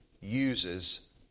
uses